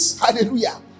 Hallelujah